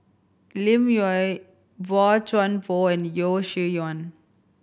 Lim Yau Boey Chuan Poh and Yeo Shih Yun